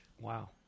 Wow